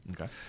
Okay